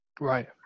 Right